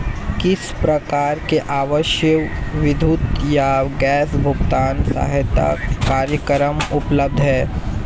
किस प्रकार के आवासीय विद्युत या गैस भुगतान सहायता कार्यक्रम उपलब्ध हैं?